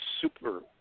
super